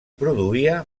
produïa